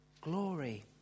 glory